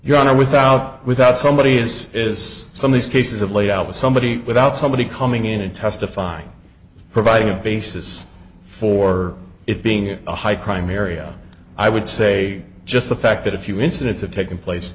your honor without without somebody is is some of these cases of layout with somebody without somebody coming in and testifying providing a basis for it being in a high crime area i would say just the fact that a few incidents have taken place